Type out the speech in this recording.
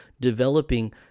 developing